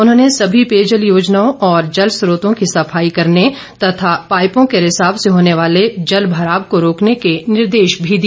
उन्होंने सभी पेयजल योजनाओं और जल स्रोतों की सफाई करने तथा पाईपों के रिसाव से होने वाले जल भराव को रोकने के निर्देश भी दिए